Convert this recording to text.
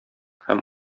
һәм